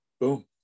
boom